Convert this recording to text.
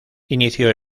inició